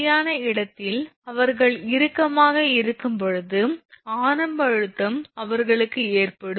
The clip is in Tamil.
சரியான இடத்தில் அவர்கள் இறுக்கமாக இருக்கும்போது ஆரம்ப அழுத்தம் அவர்களுக்கு ஏற்படும்